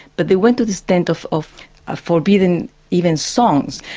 but they went to the extent of of ah forbidding even songs.